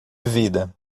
vida